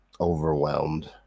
overwhelmed